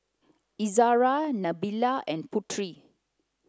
Izara Nabila and Putri